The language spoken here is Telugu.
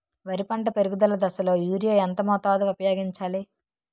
వరి పంట పెరుగుదల దశలో యూరియా ఎంత మోతాదు ఊపయోగించాలి?